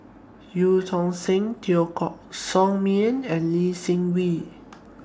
EU Tong Sen Teo Koh Sock Miang and Lee Seng Wee